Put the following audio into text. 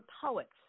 poets